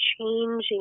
changing